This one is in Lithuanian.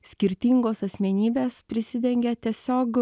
skirtingos asmenybės prisidengia tiesiog